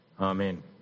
amen